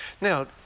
Now